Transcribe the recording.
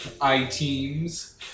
I-teams